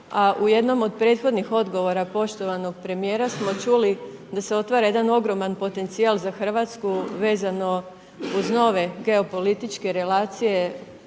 a u jednoj od prethodnih odgovora poštovanog premijera smo čuli da se otvara jedan ogroman potencijal za RH vezano uz nove geopolitičke relacije